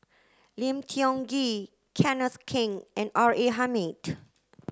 Lim Tiong Ghee Kenneth Keng and R A Hamid